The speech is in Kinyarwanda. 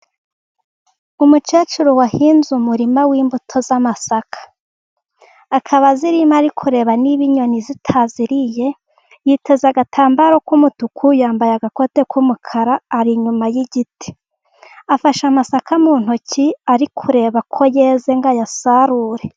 Umukecuru wahinze umurima w'imbuto z'amasaka. Akaba azirimo ari kureba niba inyoni zitaziriye, yiteze agatambaro k'umutuku, yambaye agakote k'umukara, ari inyuma y'igiti. Afashe amasaka mu ntoki, ari kureba ko yeze ngo ayasarure.